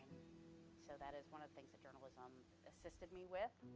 so that is one of the things that journalism assisted me with,